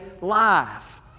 life